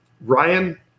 Ryan